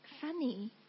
funny